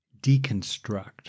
deconstruct